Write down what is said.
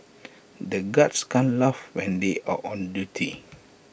the guards can't laugh when they are on duty